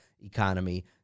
economy